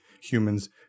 humans